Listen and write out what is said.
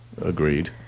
Agreed